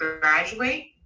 graduate